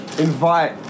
invite